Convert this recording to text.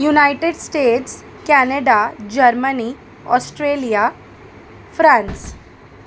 United States Canada Germany Australia France